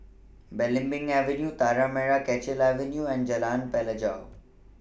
Belimbing Avenue Tanah Merah Kechil Avenue and Jalan Pelajau